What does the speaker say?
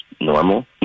normal